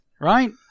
right